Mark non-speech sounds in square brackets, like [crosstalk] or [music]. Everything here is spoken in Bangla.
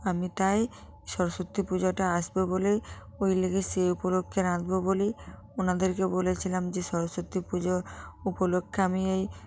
আমি তাই সরস্বতী পুজোটা আসবে বলেই ওই [unintelligible] সে উপলক্ষে রাঁধব বলেই ওনাদেরকে বলেছিলাম যে সরস্বতী পুজোর উপলক্ষে আমি এই